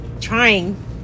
trying